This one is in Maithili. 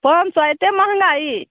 पाॅंन सए एते महँगाइ